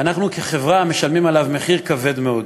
ואנחנו כחברה משלמים עליו מחיר כבד מאוד,